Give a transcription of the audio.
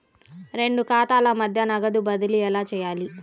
రెండు ఖాతాల మధ్య నగదు బదిలీ ఎలా చేయాలి?